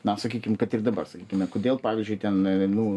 na sakykim kad ir dabar sakykime kodėl pavyzdžiui ten nu